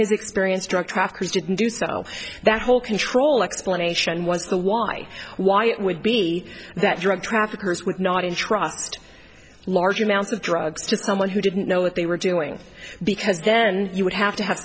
his experience drug traffickers didn't do so that whole control explanation was the why why it would be that drug traffickers would not intrust large amounts of drugs to someone who didn't know what they were doing because then you would have to have